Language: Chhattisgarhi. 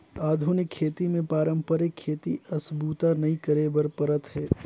आधुनिक खेती मे पारंपरिक खेती अस बूता नइ करे बर परत हे